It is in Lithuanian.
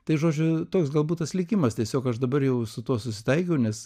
tai žodžiu toks galbūt tas likimas tiesiog aš dabar jau su tuo susitaikiau nes